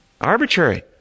Arbitrary